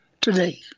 today